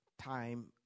time